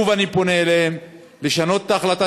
אני פונה אליהם שוב לשנות את ההחלטה